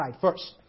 first